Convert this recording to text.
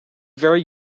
very